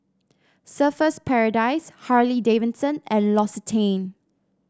Surfer's Paradise Harley Davidson and L'Occitane